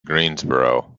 greensboro